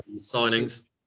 signings